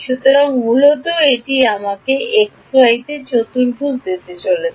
সুতরাং মূলত এটি আমাকে x y তে চতুর্ভুজ দিতে চলেছে